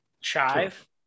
Chive